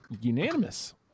unanimous